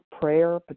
prayer